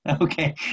Okay